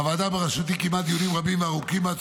הוועדה בראשותי קיימה דיונים רבים וארוכים על